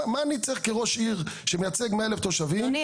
מה אני צריך כראש העיר שמייצג מאה אלף תושבים --- אדוני,